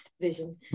vision